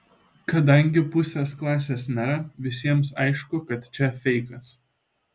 kadangi pusės klasės nėra visiems aišku kad čia feikas